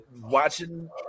watching